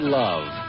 love